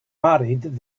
married